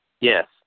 Yes